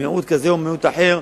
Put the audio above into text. מיעוט כזה או מיעוט אחר,